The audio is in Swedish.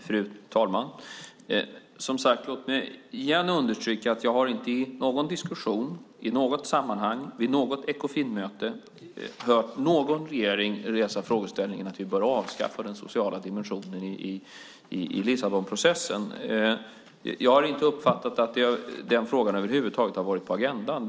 Fru talman! Som sagt: Låt mig understryka att jag inte i någon diskussion, i något sammanhang, vid något Ekofinmöte har hört någon regering väcka frågeställningen att vi bör avskaffa den sociala dimensionen i Lissabonprocessen. Jag har inte uppfattat att den frågan över huvud taget har varit på agendan.